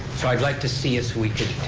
so i'd like to see us, we could